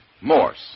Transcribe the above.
Morse